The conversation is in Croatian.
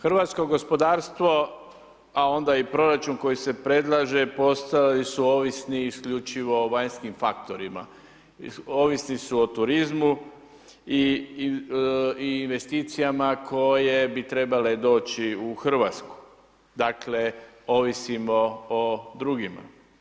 Hrvatsko gospodarstvo, a onda i proračun koji se predlaže postali su ovisni isključivo o vanjskim faktorima, ovisni su o turizmu i investicijama koje bi trebale doći u RH, dakle, ovisimo o drugima.